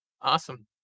Awesome